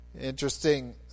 interesting